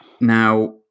Now